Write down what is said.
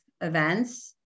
events